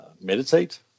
meditate